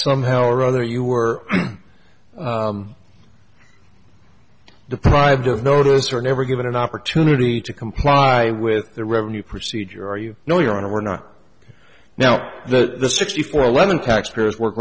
somehow or other you were deprived of notice or never given an opportunity to comply with the revenue procedure or you know your honor we're not now the sixty four lennon taxpayers w